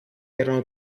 erano